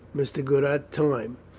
mr. goodhart, time